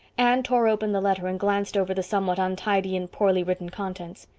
anne tore open the letter and glanced over the somewhat untidy and poorly written contents.